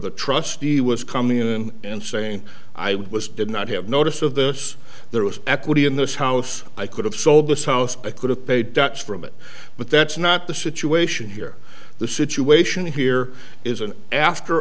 the trustee was coming in and saying i was did not have notice of this there was equity in this house i could have sold this house i could have paid dutch from it but that's not the situation here the situation here is an after